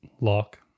Lock